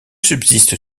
subsiste